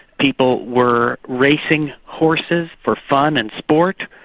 people were racing horses for fun and sport,